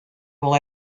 will